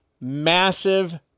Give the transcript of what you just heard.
massive